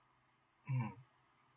mm